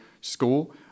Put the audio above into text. school